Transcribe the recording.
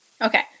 Okay